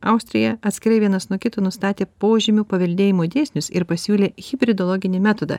austrija atskirai vienas nuo kito nustatė požymių paveldėjimo dėsnius ir pasiūlė hibridologinį metodą